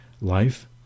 life